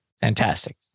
fantastic